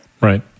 Right